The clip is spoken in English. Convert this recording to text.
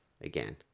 again